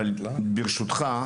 ברשותך,